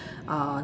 uh